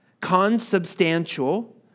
consubstantial